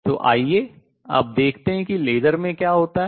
तो आइए अब देखते हैं कि लेसर में क्या होता है